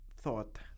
thought